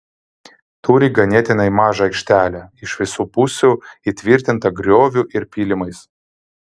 turi ganėtinai mažą aikštelę iš visų pusių įtvirtintą grioviu ir pylimais